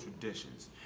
traditions